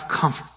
comfort